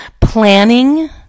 Planning